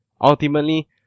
Ultimately